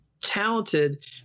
talented